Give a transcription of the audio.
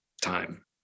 time